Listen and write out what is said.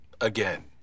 again